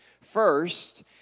First